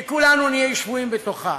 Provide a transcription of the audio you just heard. שכולנו נהיה שבויים בתוכה.